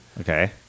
Okay